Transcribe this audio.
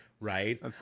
right